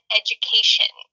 education